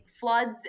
floods